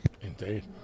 Indeed